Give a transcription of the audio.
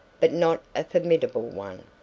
but not a formidable one,